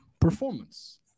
Performance